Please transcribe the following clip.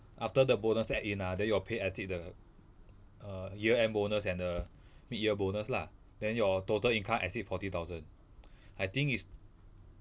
after the bonus set in ah then your pay exceed the err year end bonus and the mid year bonus lah then your total income exceed forty thousand I think is